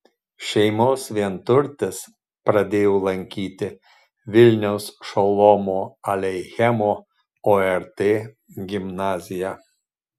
šeimos vienturtis pradėjo lankyti vilniaus šolomo aleichemo ort gimnaziją